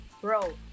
bro